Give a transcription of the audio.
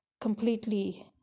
completely